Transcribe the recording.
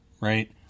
Right